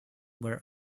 where